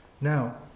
Now